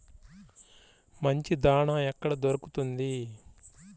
మంచి దాణా ఎక్కడ దొరుకుతుంది?